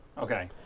Okay